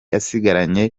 asigaranye